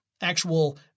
actual